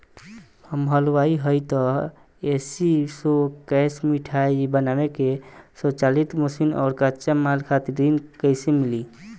हम हलुवाई हईं त ए.सी शो कैशमिठाई बनावे के स्वचालित मशीन और कच्चा माल खातिर ऋण कइसे मिली?